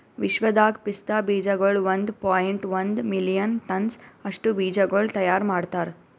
ವಿಶ್ವದಾಗ್ ಪಿಸ್ತಾ ಬೀಜಗೊಳ್ ಒಂದ್ ಪಾಯಿಂಟ್ ಒಂದ್ ಮಿಲಿಯನ್ ಟನ್ಸ್ ಅಷ್ಟು ಬೀಜಗೊಳ್ ತೈಯಾರ್ ಮಾಡ್ತಾರ್